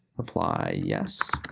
reply yes.